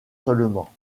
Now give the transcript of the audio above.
seulement